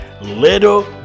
Little